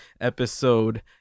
episode